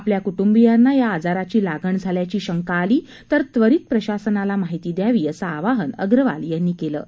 आपल्या कुटुंबियांना या आजाराची लागण झाल्याची शंका आली तर त्वरित प्रशासनाला माहिती दयावी असं आवाहन अगरवाल यांनी केलं आहे